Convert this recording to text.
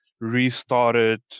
restarted